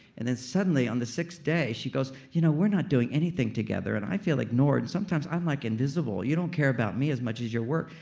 and then suddenly on the sixth day, she goes, you know we're not doing anything together and i feel ignored. sometimes i'm like invisible. you don't care about me as much as your work.